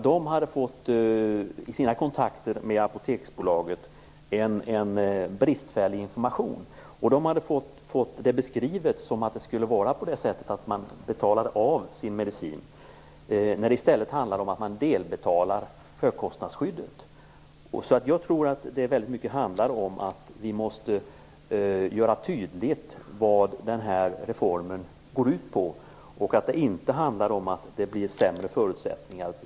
De hade i sina kontakter med Apoteksbolaget fått bristfällig information. De hade fått det beskrivet som att det skulle vara så att man betalade av sin medicin. I stället handlar det ju om att man delbetalar högkostnadsskyddet. Jag tror att det i väldigt hög grad handlar om att vi måste göra tydligt vad den här reformen går ut på. Den handlar inte om att det skall bli sämre förutsättningar.